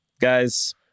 guys